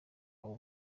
abo